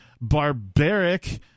barbaric